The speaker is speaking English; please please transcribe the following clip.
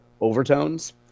overtones